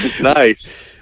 nice